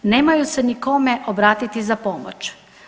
Nemaju se ni kome obratiti za pomoć.